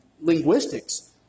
linguistics